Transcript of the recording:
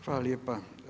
Hvala lijepa.